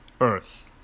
Earth